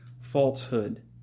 falsehood